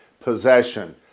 possession